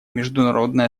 международное